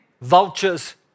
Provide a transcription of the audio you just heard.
vultures